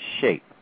shape